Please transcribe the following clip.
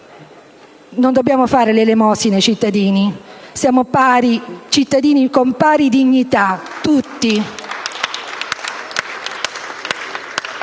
Non dobbiamo fare l'elemosina ai cittadini. Siamo cittadini con pari dignità, tutti.